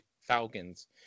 Falcons